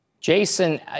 Jason